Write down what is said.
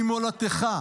ממולדתך,